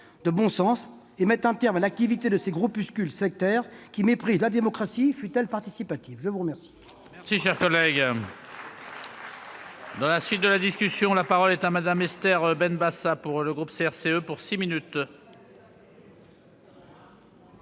de bon sens et mette un terme à l'activité de ces groupuscules sectaires qui méprisent la démocratie, fût-elle participative. La parole